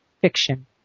fiction